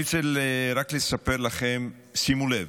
אני רוצה רק לספר לכם, שימו לב: